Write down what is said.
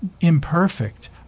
imperfect